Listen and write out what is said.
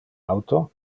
auto